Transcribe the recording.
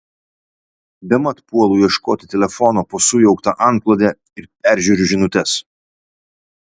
bemat puolu ieškoti telefono po sujaukta antklode ir peržiūriu žinutes